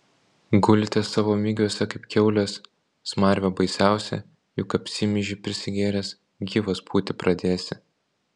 gulite savo migiuose kaip kiaulės smarvė baisiausia juk apsimyži prisigėręs gyvas pūti pradėsi